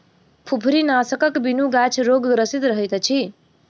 फुफरीनाशकक बिनु गाछ रोगग्रसित रहैत अछि